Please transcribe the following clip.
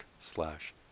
slash